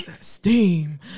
steam